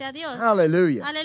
Hallelujah